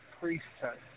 priesthood